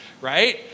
right